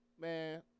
Man